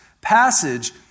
passage